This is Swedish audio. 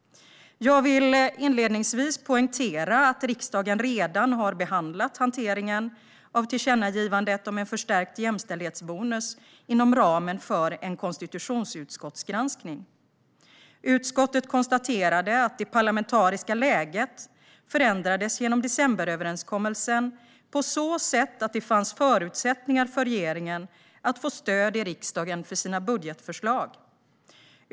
Jag vill inledningsvis poängtera att riksdagen redan har behandlat hanteringen av tillkännagivandet om en förstärkt jämställdhetsbonus inom ramen för en konstitutionsutskottsgranskning. Utskottet konstaterade att det parlamentariska läget förändrades genom decemberöverenskommelsen på så sätt att det fanns förutsättningar för regeringen att få stöd i riksdagen för sina budgetförslag.